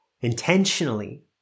intentionally